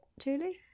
Julie